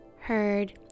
heard